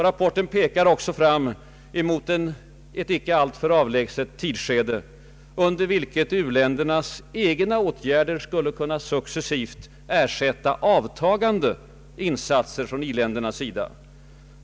Rapporten pekar också fram mot ett icke alltför avlägset tidsskede, under vilket u-ländernas egna åtgärder skulle kunna successivt ersätta avtagande insatser från i-ländernas sida.